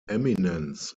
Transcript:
eminence